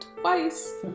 twice